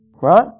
Right